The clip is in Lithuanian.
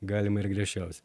galima ir griežčiausią